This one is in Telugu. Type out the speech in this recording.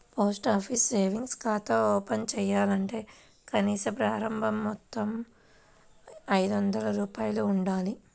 పోస్ట్ ఆఫీస్ సేవింగ్స్ ఖాతా ఓపెన్ చేయాలంటే కనీస ప్రారంభ మొత్తం ఐదొందల రూపాయలు ఉండాలి